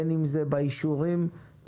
בין אם זה באישורים ובהיתרים,